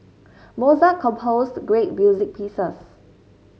Mozart composed great music pieces